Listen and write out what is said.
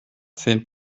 zehn